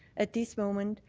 at this moment,